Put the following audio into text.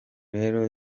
rero